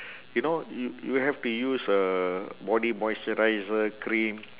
you know you you have to use a body moisturiser cream